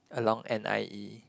along n_i_e